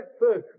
first